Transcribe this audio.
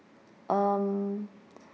um